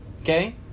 Okay